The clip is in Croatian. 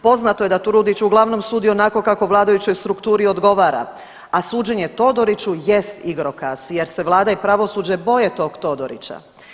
Poznato je da Turudić uglavnom sudi onako kako vladajućoj strukturi odgovara, a suđenje Todoriću jest igrokaz jer se Vlada i pravosuđe boje tog Todorića.